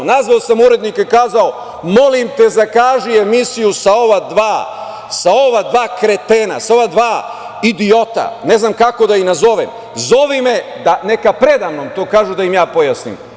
Nazvao sam urednika i kazao - molim te, zakaži emisiju sa ova dva kretena, sa ova dva idiota, ne znam kako da ih nazovem, zovi me i neka predamnom to kažu, da im ja pojasnim.